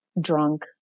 drunk